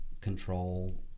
control